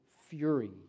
fury